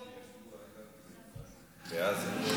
ישבו בעזה.